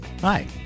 Hi